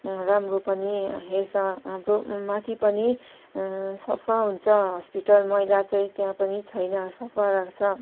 राम्रो पनि हेर्छ हाम्रो माथि पनि सफा हुन्छ हस्पिटल मैला चाहिँ त्यहाँ पनि छैन सफा राख्छ